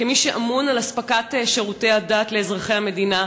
כמי שאמון על אספקת שירותי הדת לאזרחי המדינה,